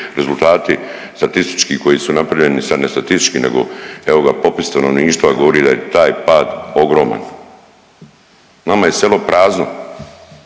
rezultati statistički koji su napravljeni … ne statistički nego evoga popis stanovništva govori da je taj pad ogroman. Nama je selo prazno,